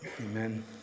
Amen